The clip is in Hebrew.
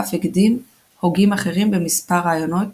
ואף הקדים הוגים אחרים במספר רעיונות